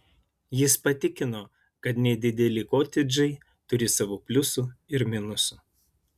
jis patikino kad nedideli kotedžai turi savo pliusų ir minusų